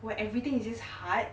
where everything is just hard